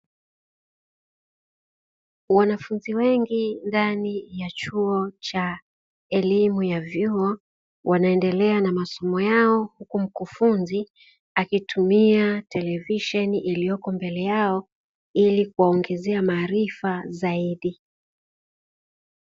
Wanafunzi wengi ndani ya chuo cha elimu ya vyuo; wanaendelea na masomo yao, huku mkufunzi akitumia televisheni iliyoko mbele yao hili kuwaongezea maarifa zaidi.